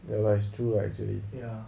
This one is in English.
ya lah it's true lah actually